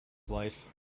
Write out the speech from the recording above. life